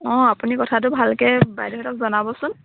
অঁ আপুনি কথাটো ভালকৈ বাইদেউহঁতক জনাবচোন